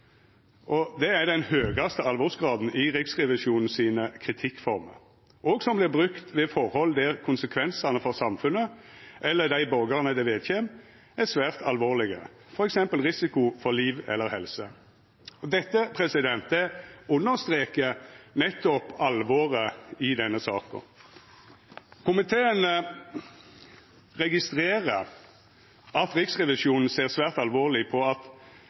alvorleg. Det er den høgaste alvorsgraden i Riksrevisjonen sine kritikkformer, og som vert brukt ved forhold der konsekvensane for samfunnet eller dei borgarane det vedkjem, er svært alvorlege, f.eks. risiko for liv eller helse. Dette understrekar nettopp alvoret i denne saka. Komiteen registrerer at Riksrevisjonen ser svært alvorleg på at